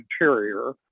Interior